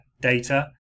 data